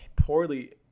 poorly